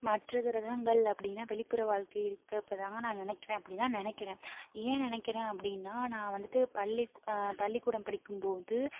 மற்ற கிரகங்கள் அப்படினா வெளிப்புற வாழ்க்கை இருக்க அப்ப தாங்க நான் நினக்கிறன் அப்படினா நினக்கிறன் ஏன் நினக்கிறன் அப்படினா நான் வந்துட்டு பள்ளி பள்ளி கூடம் படிக்கும்போது